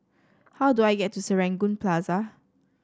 how do I get to Serangoon Plaza